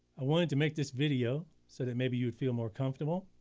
i wanted to make this video so that maybe you would feel more comfortable,